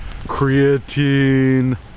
creatine